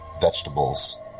vegetables